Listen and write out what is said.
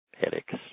headaches